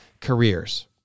careers